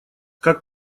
как